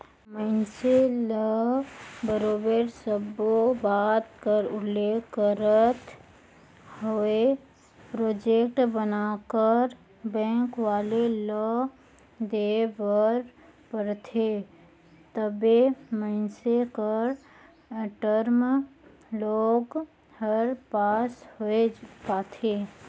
मइनसे ल बरोबर सब्बो बात कर उल्लेख करत होय प्रोजेक्ट बनाकर बेंक वाले ल देय बर परथे तबे मइनसे कर टर्म लोन हर पास होए पाथे